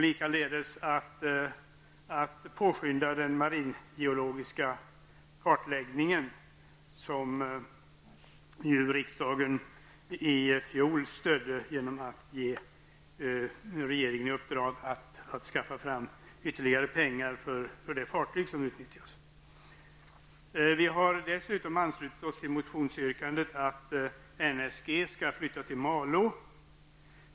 Vidare är det att påskynda den maringeologiska kartläggningen, som riksdagen gav sitt stöd åt i fjol genom att ge regeringen i uppdrag att skaffa fram ytterligare pengar för det fartyg som utnyttjas. Vi har dessutom anslutit oss till motionsyrkandet att NSG skall flytta till Malå.